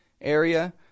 area